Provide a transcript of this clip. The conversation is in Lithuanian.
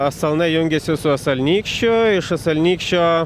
asalnai jungėsi su asalnykščiu iš asalnykščio